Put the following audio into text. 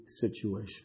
situation